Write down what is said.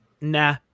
nah